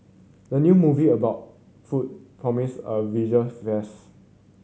the new movie about food promiseb a visual feast